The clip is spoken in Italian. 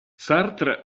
sartre